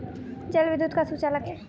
जल विद्युत का सुचालक है